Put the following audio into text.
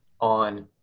on